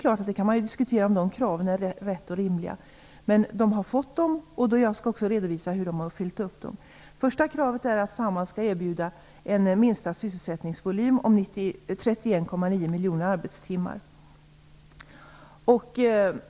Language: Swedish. Man kan diskutera om de kraven är riktiga och rimliga, men man har fått dem, och jag skall också redovisa hur man har klarat dem. Det första kravet är att Samhall skall erbjuda en minsta sysselsättningsvolym om 31,9 miljoner arbetstimmar.